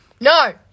No